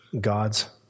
God's